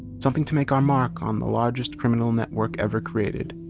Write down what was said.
something to make our mark on the largest criminal network ever created.